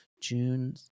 June